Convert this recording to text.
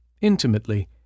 intimately